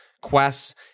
quests